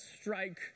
strike